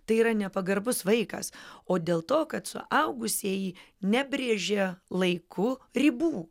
tai yra nepagarbus vaikas o dėl to kad suaugusieji nebrėžia laiku ribų